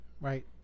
right